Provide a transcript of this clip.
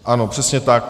Ano, přesně tak.